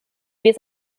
bis